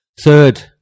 third